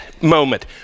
moment